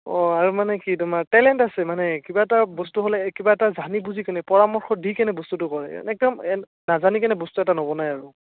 অ' আৰু মানে কি তোমাৰ টেলেন্ট আছে মানে কিবা এটা বস্তু হ'লে কিবা এটা জানি বুজি কিনে পৰামৰ্শ দি কিনে বস্তুটো কয় এনেকৈ নাজানি কিনে বস্তু এটা নবনাই আৰু